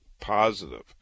positive